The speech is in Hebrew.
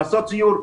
לעשות סיור,